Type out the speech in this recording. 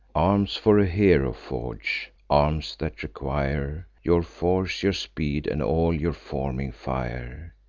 arms for a hero forge arms that require your force, your speed, and all your forming fire.